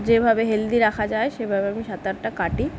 যেভাবে হেলদি রাখা যায় সেভাবে আমি সাঁতারটা কাটি